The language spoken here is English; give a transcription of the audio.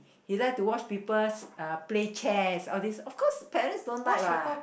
he like to watch people uh play chess all these of course parents don't like [what]